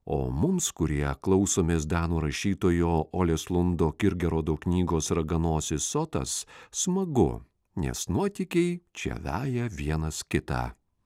o mums kurie klausomės danų rašytojo olės lundo kirgerodo knygos raganosis otas smagu nes nuotykiai čia veja vienas kitą